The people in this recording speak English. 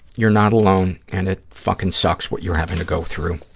you're not alone and it fucking sucks, what you're having to go through.